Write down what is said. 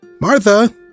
Martha